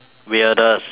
weirdest